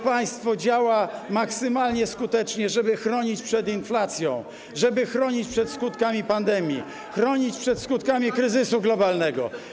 Państwo działa maksymalnie skutecznie, żeby chronić przed inflacją, żeby chronić przed skutkami pandemii, chronić przed skutkami kryzysu globalnego.